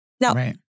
Now